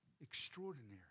extraordinary